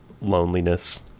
loneliness